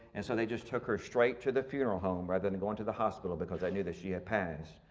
and so they just took her straight to the funeral home rather than going to the hospital, because they knew that she had passed.